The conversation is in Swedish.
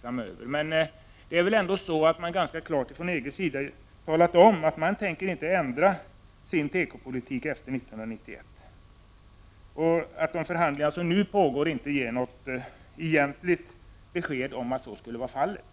Ifrån EG:s sida har man väl ändå ganska klart talat om att man inte tänker ändra sin tekopolitik efter 1991, och de förhandlingar som nu pågår har inte heller gett något egentligt besked om att så skulle vara fal let.